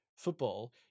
football